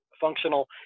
functional